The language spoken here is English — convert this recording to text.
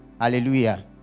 Hallelujah